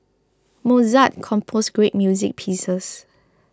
Mozart composed great music pieces